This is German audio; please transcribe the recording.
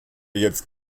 jetzt